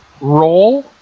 roll